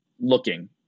looking